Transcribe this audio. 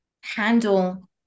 handle